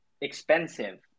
expensive